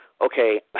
okay